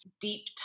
deep